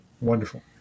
Wonderful